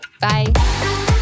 Bye